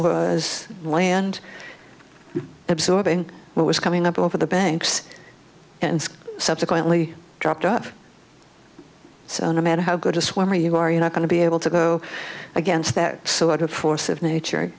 was land absorbing what was coming up over the banks and subsequently dropped off so no matter how good a swimmer you are you're not going to be able to go against that sort of force of nature